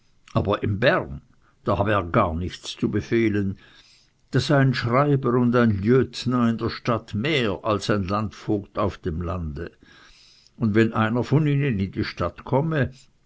aber in bern da habe er gar nichts zu befehlen da sei ein schreiber und ein lieutenant in der stadt mehr als ein landvogt auf dem lande und wenn einer von ihnen in die stadt komme